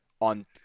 on